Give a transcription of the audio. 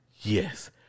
Yes